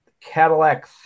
Cadillac